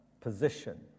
position